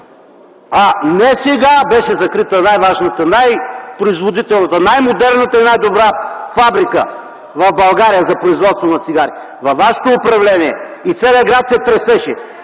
Не сега беше закрита най-важната, най-производителната, най модерната и най-добра фабрика в България за производство на цигари. Във вашето управление! И целият град се тресеше